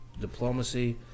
diplomacy